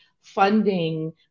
funding